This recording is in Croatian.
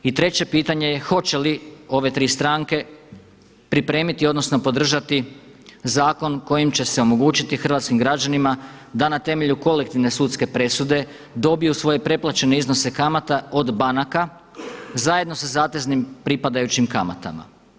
I treće pitanje je hoće li ove tri stranke pripremiti odnosno podržati zakon kojim će se omogućiti hrvatskim građanima da na temelju kolektivne sudske presude dobiju svoje preplaćene iznose kamata od banaka zajedno sa zateznim pripadajućim kamatama.